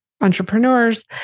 entrepreneurs